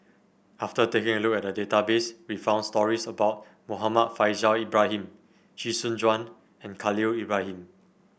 after taking a look at the database we found stories about Muhammad Faishal Ibrahim Chee Soon Juan and Khalil Ibrahim